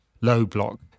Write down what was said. low-block